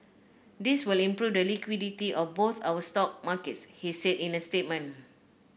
this will improve the liquidity of both our stock markets he said in a statement